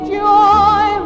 joy